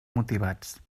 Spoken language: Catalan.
motivats